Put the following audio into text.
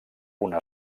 una